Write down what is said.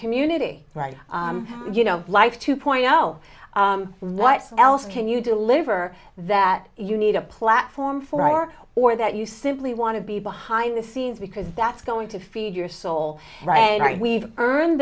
community right you know life two point zero what else can you deliver that you need a platform for or or that you simply want to be behind the scenes because that's going to feed your soul right we've earned